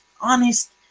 honest